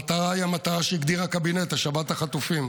המטרה היא המטרה שהגדיר הקבינט, השבת חטופים.